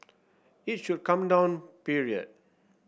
it should come down period